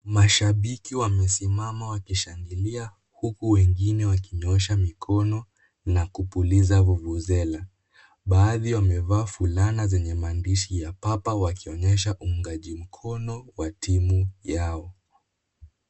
Mashabiki wamesimama wakishangilia huku wengine wakinyoosha mikono na kupuliza vuvuzela. Baadhi wamevaa fulana zenye maandishi Papa wakionyesha uungaji mkono wa timu yao.